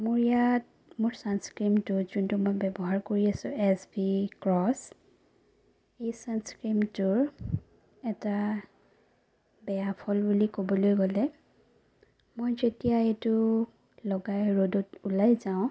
মোৰ ইয়াত মোৰ চানস্ক্ৰিনটো যিটো মই ব্যৱহাৰ কৰি আছোঁ এচ পি ক্ৰছ এই চানস্ক্ৰিনটোৰ এটা বেয়া ফল বুলি ক'বলৈ গ'লে মই যেতিয়া এইটো লগাই ৰ'দত ওলাই যাওঁ